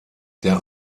der